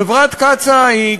חברת קצא"א היא,